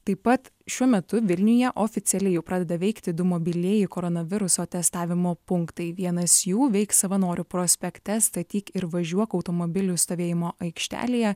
taip pat šiuo metu vilniuje oficialiai jau pradeda veikti du mobilieji koronaviruso testavimo punktai vienas jų veiks savanorių prospekte statyk ir važiuok automobilių stovėjimo aikštelėje